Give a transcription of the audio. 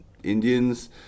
Indians